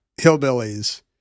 hillbillies